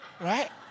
Right